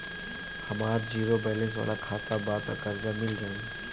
हमार zero balance वाला खाता बा त कर्जा मिल जायी?